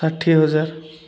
ଷାଠିଏ ହଜାର